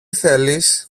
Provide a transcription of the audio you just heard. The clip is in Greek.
θέλεις